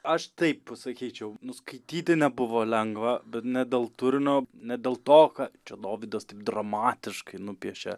aš taip pasakyčiau nu skaityti nebuvo lengva bet ne dėl turinio ne dėl to ką čia dovydas taip dramatiškai nupiešė